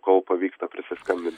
kol pavyksta prisiskambint